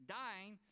dying